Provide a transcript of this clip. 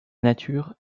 nature